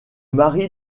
mari